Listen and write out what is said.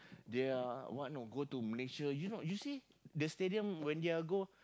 they are what know go Malaysia you know you see the stadium when they're go